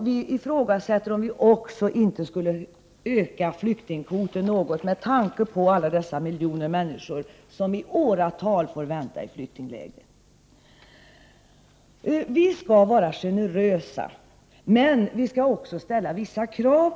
Vi ifrågasätter också om vi inte skulle öka flyktingkvoten med tanke på alla dessa miljoner människor som i åratal får vänta i flyktingläger. Vi skall vara generösa, men vi skall också ställa vissa krav.